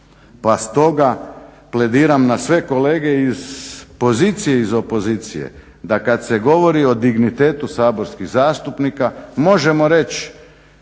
Pa stoga plediram na sve kolege iz pozicije i iz opozicije da kada se govori o dignitetu saborskih zastupnika možemo reći